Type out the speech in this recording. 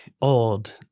old